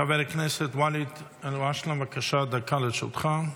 חבר הכנסת ואליד אלהואשלה, בבקשה, דקה לרשותך.